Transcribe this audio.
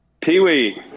Pee-wee